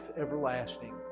everlasting